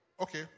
Okay